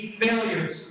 failures